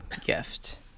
gift